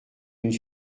une